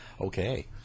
Okay